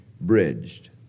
bridged